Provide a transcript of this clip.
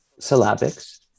syllabics